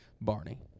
Barney